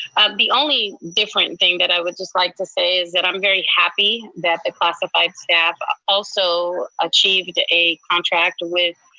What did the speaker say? the only different thing that i would just like to say is that i'm very happy that the classified staff also achieved a contract with